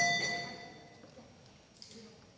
Tak